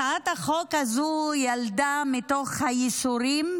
הצעת החוק הזאת נולדה מתוך הייסורים,